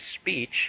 speech